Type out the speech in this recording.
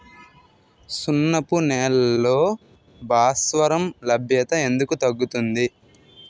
సున్నపు నేలల్లో భాస్వరం లభ్యత ఎందుకు తగ్గుతుంది?